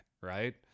right